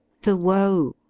the woe.